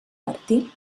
martí